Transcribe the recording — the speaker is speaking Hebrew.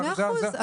מאה אחוז,